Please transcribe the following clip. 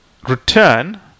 return